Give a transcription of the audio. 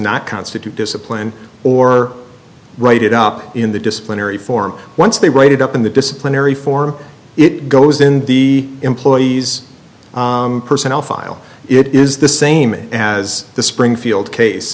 not constitute discipline or write it up in the disciplinary form once they write it up in the disciplinary form it goes in the employee's personnel file it is the same as the springfield case